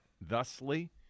thusly